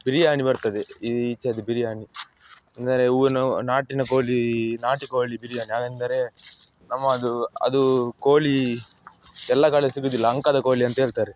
ಬಿರಿಯಾನಿ ಬರ್ತದೆ ಈಚೆದು ಬಿರಿಯಾನಿ ಅಂದರೆ ಊನೋ ನಾಟಿನ ಕೋಳಿ ನಾಟಿಕೋಳಿ ಬಿರಿಯಾನಿ ಅವೆಂದರೆ ನಮ್ಮದು ಅದು ಕೋಳಿ ಎಲ್ಲ ಕಡೆ ಸಿಗೋದಿಲ್ಲ ಅಂಕದ ಕೋಳಿ ಅಂತೇಳ್ತಾರೆ